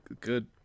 good